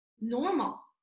normal